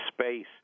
space